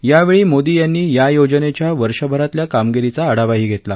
यावेळी मोदी यांनी या योजनेच्या वर्षभरातल्या कामगिरीचा आढावाही घेतला